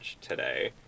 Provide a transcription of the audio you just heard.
today